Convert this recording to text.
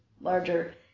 larger